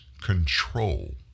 control